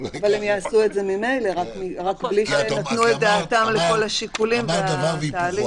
אמרת דבר והיפוכו.